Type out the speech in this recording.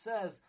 says